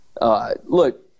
look –